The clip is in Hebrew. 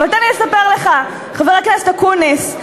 אבל תן לי לספר לך, חבר הכנסת אקוניס: